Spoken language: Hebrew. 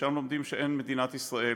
ושם לומדים שאין מדינת ישראל.